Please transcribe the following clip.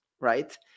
right